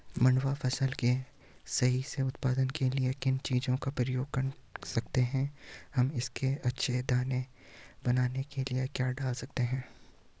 मंडुवा फसल के सही से उत्पादन के लिए किन चीज़ों का प्रयोग कर सकते हैं हम इसके अच्छे दाने बनाने के लिए क्या डाल सकते हैं?